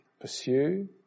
pursue